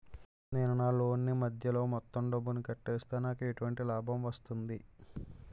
నేను నా లోన్ నీ మధ్యలో మొత్తం డబ్బును కట్టేస్తే నాకు ఎటువంటి లాభం వస్తుంది?